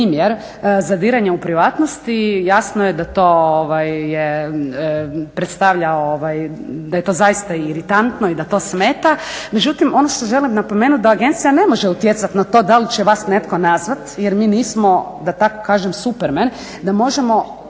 primjer zadiranja u privatnost i jasno je to zaista iritantno i da to smeta. Međutim ono što želim napomenuti da agencija ne može utjecati na to da li će netko vas nazvati jer mi nismo da tako kažem Superman da možemo